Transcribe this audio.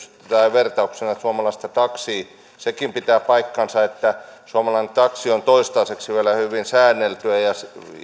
vertauksena suomalaista taksia sekin pitää paikkansa että suomalainen taksi on toistaiseksi vielä hyvin säänneltyä ja